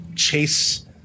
chase